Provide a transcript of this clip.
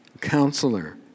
Counselor